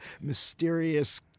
mysterious